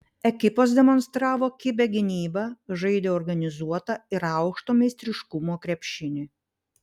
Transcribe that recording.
ekipos demonstravo kibią gynybą žaidė organizuotą ir aukšto meistriškumo krepšinį